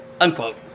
Unquote